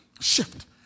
Shift